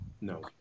no